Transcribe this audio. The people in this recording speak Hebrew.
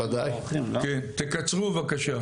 תקצרו בבקשה.